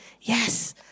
yes